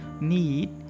need